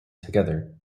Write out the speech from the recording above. together